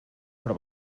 però